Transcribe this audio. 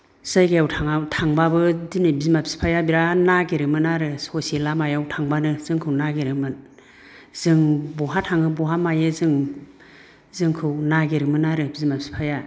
जायगायाव थाङा थांबाबो दिनै बिमा बिफाया बेराथ नागेरोमोन आरो ससे लामायाव थांबानो जोंखौ नागिरोमोन जों बहा थाङो बहा मायो जों जोंखौ नागिरोमोन आरो बिमा बिफाया